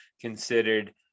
considered